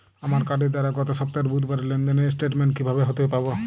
আমার কার্ডের দ্বারা গত সপ্তাহের বুধবারের লেনদেনের স্টেটমেন্ট কীভাবে হাতে পাব?